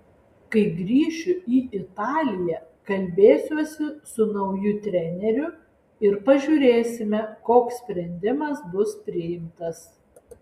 kai grįšiu į italiją kalbėsiuosi su nauju treneriu ir pažiūrėsime koks sprendimas bus priimtas